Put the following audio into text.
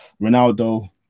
Ronaldo